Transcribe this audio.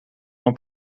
não